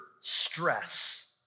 stress